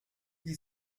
die